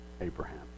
Abraham